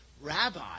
Rabbi